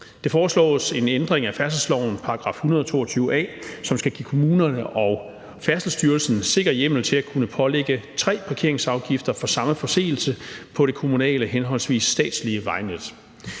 Der foreslås en ændring af færdselslovens § 122 a, som skal give kommunerne og Færdselsstyrelsen sikker hjemmel til at kunne pålægge tre parkeringsafgifter for samme forseelse på det kommunale henholdsvis statslige vejnet.